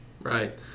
Right